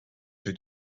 soy